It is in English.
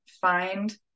find